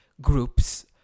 groups